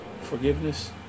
forgiveness